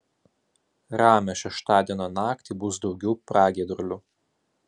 ramią šeštadienio naktį bus daugiau pragiedrulių